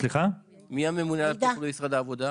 ממשרד העבודה?